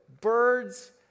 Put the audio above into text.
birds